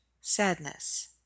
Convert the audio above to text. sadness